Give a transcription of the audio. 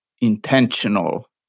intentional